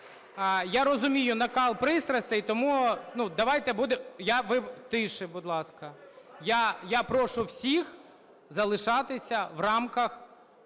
Я розумію накал пристрастей, тому давайте будемо… (Шум у залі) Тихше, будь ласка! Я прошу всіх залишатися в рамках